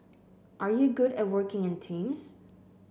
are you good at working in teams